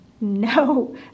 no